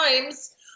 times